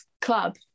club